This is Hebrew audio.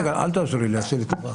רגע, אל תעזרי לי, עשי לי טובה.